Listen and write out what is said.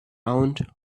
owned